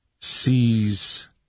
sees